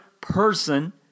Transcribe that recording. person